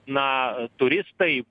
na turistai